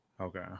Okay